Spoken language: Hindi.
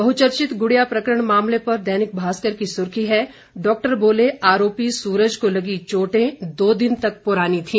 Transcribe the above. बह्चर्चित गुड़िया प्रकरण मामले पर दैनिक भास्कर की सुर्खी है डॉक्टर बोले आरोपी सूरज को लगी चोटे दो दिन तक पुरानी थी